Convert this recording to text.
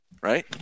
right